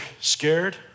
scared